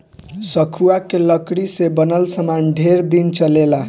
सखुआ के लकड़ी से बनल सामान ढेर दिन चलेला